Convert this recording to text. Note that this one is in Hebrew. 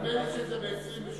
נדמה לי שזה ב-1923.